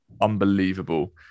unbelievable